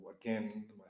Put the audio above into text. again